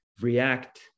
react